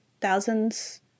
thousands